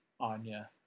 anya